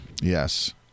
Yes